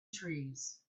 trees